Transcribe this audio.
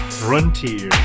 frontier